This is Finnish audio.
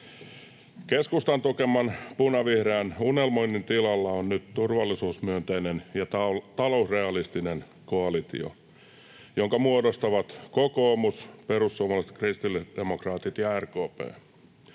Keskustan tukeman punavihreän unelmoinnin tilalla on nyt turvallisuusmyönteinen ja talousrealistinen koalitio, jonka muodostavat kokoomus, perussuomalaiset, kristillisdemokraatit ja RKP.